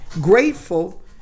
grateful